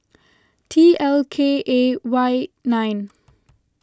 T L K A Y nine